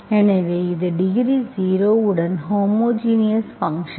எனவே இது டிகிரி ஜீரோவுடன் ஹோமோஜினியஸ் ஃபங்க்ஷன்